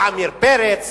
זה עמיר פרץ,